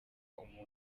umuntu